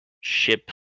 ship